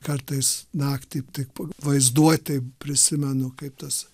kartais naktį tik vaizduotėj prisimenu kaip tas